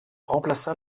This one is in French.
remplaça